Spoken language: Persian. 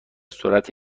سرعت